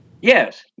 Yes